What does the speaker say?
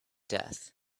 death